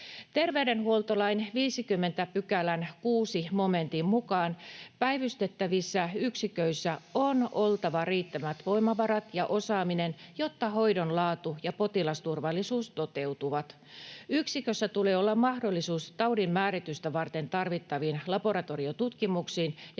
Terveydenhuoltolain 50 §:n 6 momentin mukaan päivystävissä yksiköissä on oltava riittävät voimavarat ja osaaminen, jotta hoidon laatu ja potilasturvallisuus toteutuvat. Yksikössä tulee olla mahdollisuus taudin määritystä varten tarvittaviin laboratoriotutkimuksiin ja